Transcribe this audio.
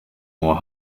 more